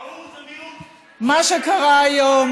ההוא זה מיעוט, מה שקרה היום,